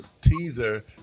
teaser